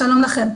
שלום לכם.